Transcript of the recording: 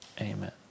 Amen